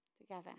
Together